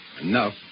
Enough